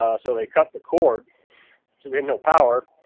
ah so they cut the cord, so we had no power.